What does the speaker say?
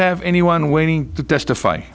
have anyone waiting to testify